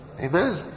Amen